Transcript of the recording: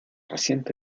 reciente